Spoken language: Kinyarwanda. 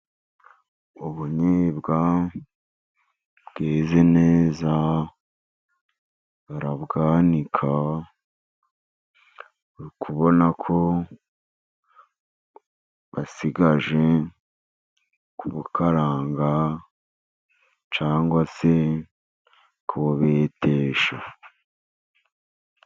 Ubunyobwa bweze neza, barabwanika, uri kubona ko basigaje kubukaranga, cyangwa se kububetesha.